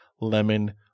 lemon